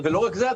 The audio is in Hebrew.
ולא רק זה,